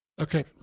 Okay